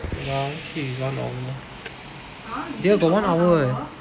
wait ah let me see if it's one hour dear got one hour eh